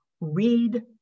read